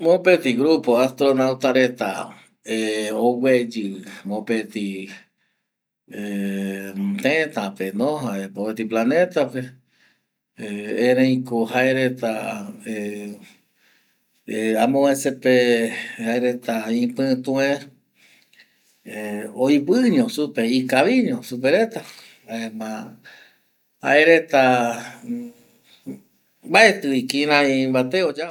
Mopeti grupo astronauta reta ogüeyi mopeti planeta pe eri ko jaereta ˂Hesitation˃ amovese pe jaereta ipitue oipiño supe ikaviño supe reta jaema jae reta ˂Hesitation˃ mbaeti vi kirei mbate oyapova.